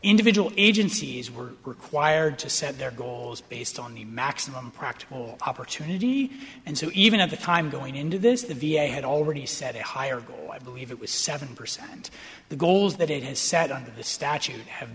individual agencies were required to set their goals based on the maximum practical opportunity and so even at the time going into this the v a had already set a higher goal i believe it was seven percent the goals that it has set under the statute have